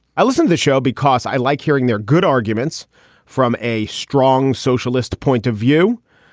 i listen to the show because i like hearing their good arguments from a strong socialist point of view.